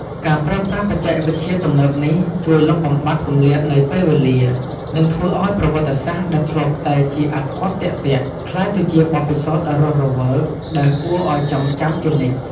ការប្រើប្រាស់បច្ចេកវិទ្យាទំនើបនេះ ជួយលុបបំបាត់គម្លាតនៃពេលវេលា និងធ្វើឲ្យប្រវត្តិសាស្ត្រដែលធ្លាប់តែជាអត្ថបទទាក់ៗ ក្លាយទៅជាបទពិសោធន៍ដ៏រស់រវើក ដែលគួរឲ្យចងចាំជានិច្ច។